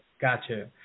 Gotcha